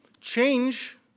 Change